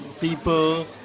people